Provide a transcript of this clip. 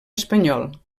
espanyol